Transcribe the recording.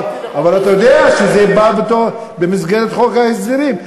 אבל אתה יודע שזה בא במסגרת חוק ההסדרים.